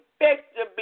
effectively